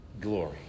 glory